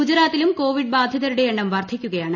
ഗുജറാത്തിലും കോവിഡ് ബാധിതരുടെ എണ്ണം വർദ്ധിക്കുകയാണ്